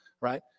right